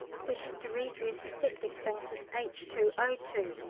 we have to re-dress the septic things with h two o two,